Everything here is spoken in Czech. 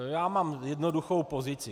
Já mám jednoduchou pozici.